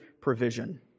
provision